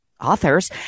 authors